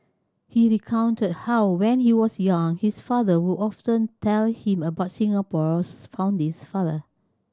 he recounted how when he was young his father would often tell him about Singapore's founding father